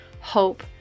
hope